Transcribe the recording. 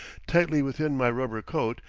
tightly within my rubber coat,